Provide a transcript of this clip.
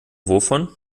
wovon